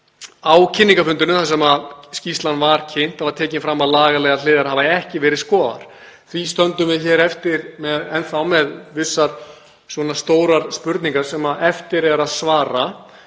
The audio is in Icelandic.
Á kynningarfundinum þar sem skýrslan var kynnt var tekið fram að lagalegar hliðar hefðu ekki verið skoðaðar. Því stöndum við enn þá eftir með vissar stórar spurningar sem eftir er að svara